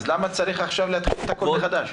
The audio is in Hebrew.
אז למה צריך עכשיו להתחיל את הכול מחדש?